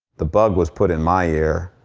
the bug was put in my ear,